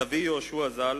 סבי יהושע ז"ל,